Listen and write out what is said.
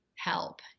help